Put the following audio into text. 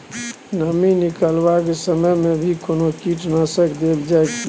दुभी निकलबाक के समय मे भी कोनो कीटनाशक देल जाय की?